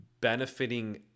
benefiting